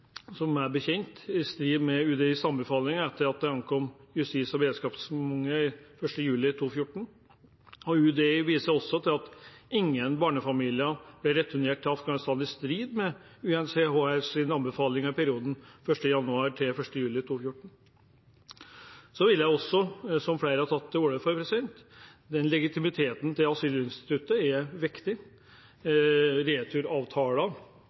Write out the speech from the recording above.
meg bekjent – har blitt sendt tilbake i strid med UDIs anbefaling etter at den ankom Justis- og beredskapsdepartementet den 1. juli 2014. UDI viser også til at ingen barnefamilier ble returnert til Afghanistan i strid med UNHCRs anbefalinger i perioden 1. januar 2014 til 1. juli 2014. Jeg vil også si, som flere har gjort, at legitimiteten til asylinstituttet er viktig. Returavtaler